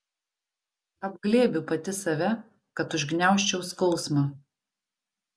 apglėbiu pati save kad užgniaužčiau skausmą